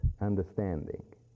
understanding